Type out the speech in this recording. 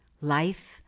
life